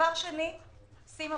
סימה